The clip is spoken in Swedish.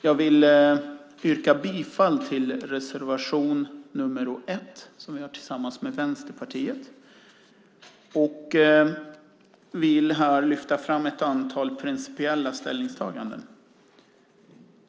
Jag vill yrka bifall till reservation nr 1, som vi har tillsammans med Vänsterpartiet, och vill här lyfta fram ett antal principiella ställningstaganden.